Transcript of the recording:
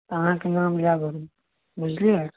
तऽ अहाँके नाम याद रहत बुझलियै